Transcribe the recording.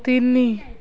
ତିନି